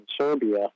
Serbia